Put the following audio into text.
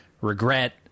regret